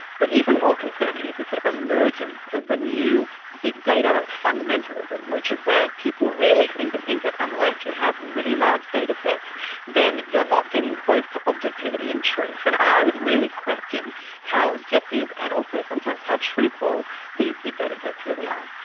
but even more concerning is this sort of emergence of the new big data fundamentalism, which is where people really seem to think that unless you have really large datasets then you're not getting close to objectivity and truth. and i would really question how objective and also sometimes how truthful these big datasets really are.